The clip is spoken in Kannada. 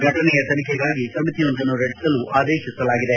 ಫಟನೆಯ ತನಿಖೆಗಾಗಿ ಸಮಿತಿಯೊಂದನ್ನು ರಚಿಸಲು ಆದೇಶಿಸಲಾಗಿದೆ